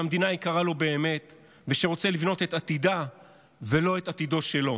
שהמדינה יקרה לו באמת ושרוצה לבנות את עתידה ולא את עתידו שלו.